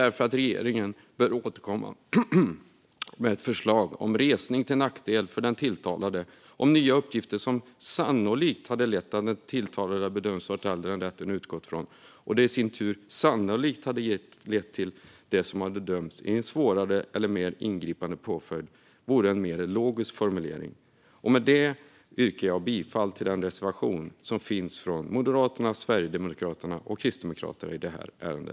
Regeringen bör därför återkomma med ett förslag på hur resning till nackdel för den tilltalade ska kunna beviljas om det framkommer nya uppgifter som sannolikt skulle ha lett till att den tilltalade hade bedömts vara äldre än rätten utgått från och om det i sin tur sannolikt skulle ha lett till en svårare eller mer ingripande påföljd. Det vore en mer logisk formulering. Med det yrkar jag bifall till reservationen från Moderaterna, Sverigedemokraterna och Kristdemokraterna i detta ärende.